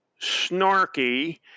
snarky